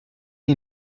you